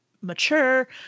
mature